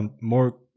more